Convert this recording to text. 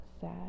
sad